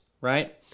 right